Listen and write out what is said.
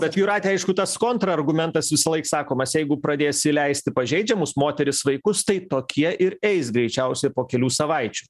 bet jūrate aišku tas kontrargumentas visąlaik sakomas jeigu pradės įleist pažeidžiamus moteris vaikus tai tokie ir eis greičiausiai po kelių savaič